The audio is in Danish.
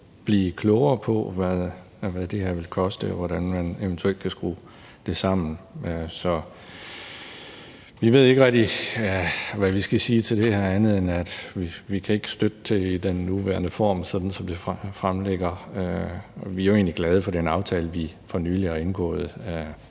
blive klogere på, hvad det her vil koste, og hvordan man eventuelt kan skrue det sammen. Så vi ved ikke rigtig, hvad vi skal sige til det her andet end, at vi ikke kan støtte det i den nuværende form, sådan som det er fremsat. Vi er jo egentlig glade for den aftale, vi for nylig har indgået